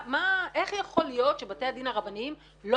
איך יכול להיות שבתי הדין הרבניים לא